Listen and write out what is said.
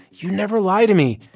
you never lie to me,